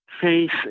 face